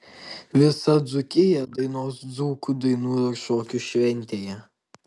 visa dzūkija dainuos dzūkų dainų ir šokių šventėje